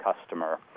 customer